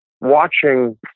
watching